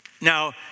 Now